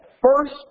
first